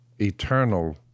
eternal